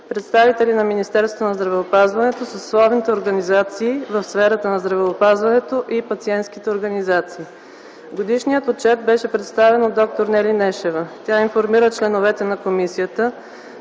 представители на Министерството на здравеопазването, съсловните организации в сферата на здравеопазването и на пациентските организации. Годишният отчет беше представен от д-р Нели Нешева. Тя информира членовете на комисията,